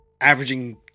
averaging